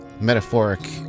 metaphoric